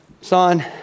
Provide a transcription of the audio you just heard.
Son